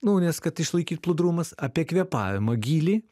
nu nes kad išlaikyt plūdrumas apie kvėpavimo gylį